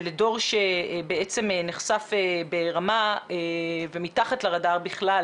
ולדור שנחשף ברמה ומתחת לרדאר בכלל,